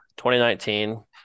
2019